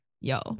yo